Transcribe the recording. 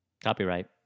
copyright